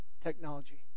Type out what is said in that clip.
technology